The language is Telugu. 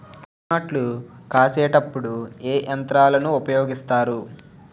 వరి నాట్లు వేసేటప్పుడు ఏ యంత్రాలను ఉపయోగిస్తారు?